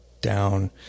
down